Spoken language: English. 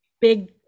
big